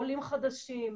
עולים חדשים,